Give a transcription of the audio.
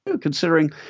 considering